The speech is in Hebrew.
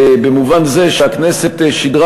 במובן זה שהכנסת שידרה,